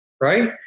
right